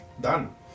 done